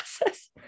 process